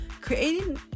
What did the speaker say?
Creating